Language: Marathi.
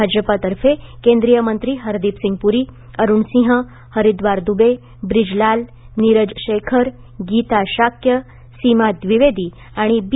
भाजपतर्फे केंद्रीय मंत्री हरदीपसिंग पुरी अरुण सिंह हरिद्वार दुबे ब्रिजलाल नीरज शेखर गीता शाक्य सीमा द्विवेदी आई बी